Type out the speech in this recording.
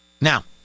Now